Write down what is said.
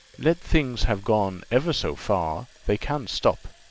let things have gone ever so far, they can stop,